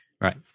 Right